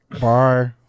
Bye